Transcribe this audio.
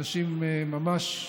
אנשים ממש,